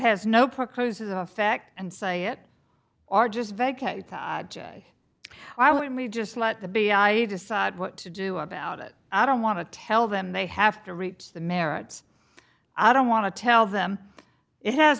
has no proses effect and say it or just why would we just let the big decide what to do about it i don't want to tell them they have to reach the merits i don't want to tell them it has